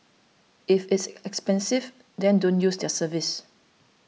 if it's expensive then don't use their service